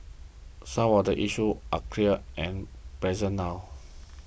some of the issues are clear and present now